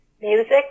Music